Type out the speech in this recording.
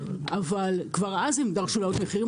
אבל כבר אז הם דרשו להעלות מחירים,